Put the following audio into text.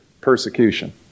Persecution